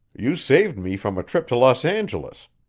you saved me from a trip to los angeles.